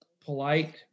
polite